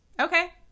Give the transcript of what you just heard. Okay